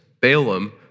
Balaam